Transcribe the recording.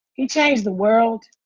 he changed the world,